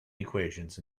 equations